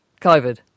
COVID